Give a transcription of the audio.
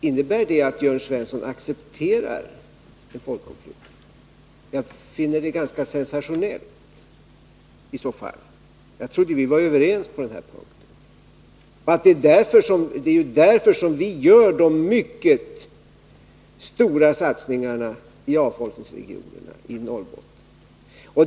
Innebär det att Jörn Svensson accepterar en folkomflyttning? Jag finner det ganska sensationellt i så fall; jag trodde att vi var överens på den här punkten. Vi gör mycket stora satsningar i avfolkningsregionerna i Norrbotten.